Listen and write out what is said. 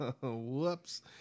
whoops